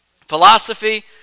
Philosophy